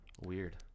Weird